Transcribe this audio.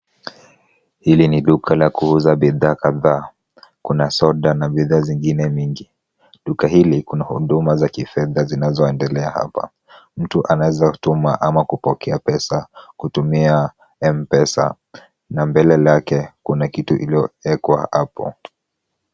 Hili ni duka la kuuza bidhaa kadhaa. Kuna soda na bidhaa zingine mingi. Duka hili kuna huduma za kifedha zinazoendelea hapa. Mtu anaweza kutuma ama kupokea pesa kutumia M-Pesa na mbele lake kuna kitu iliyowekwa hapo.